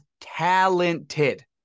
talented